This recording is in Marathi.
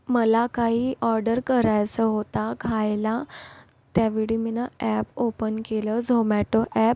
मला काही ऑर्डर करायचं होतं खायला त्यावेळी मी अॅप ओपन केलं झोमॅटो अॅप